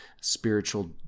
spiritual